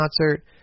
concert